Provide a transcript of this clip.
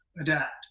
adapt